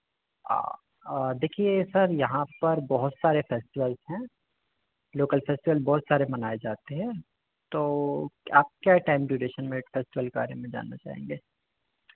देखिए सर यहाँ पर बहुत सारे फेस्टिवल्स हैं लोकल फेस्टिवल बहुत सारे मनाए जाते हैं तो आप क्या टाइम ड्यूरेशन में फेस्टिवल के बारे में जानना चाहेंगे